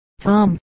Tom